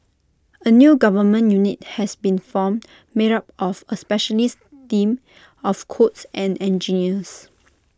A new government unit has been formed made up of A specialist team of codes and engineers